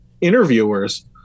interviewers